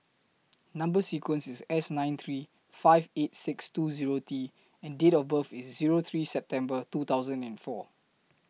Number sequence IS S nine three five eight six two Zero T and Date of birth IS Zero three September two thousand and four